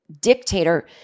dictator